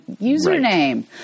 username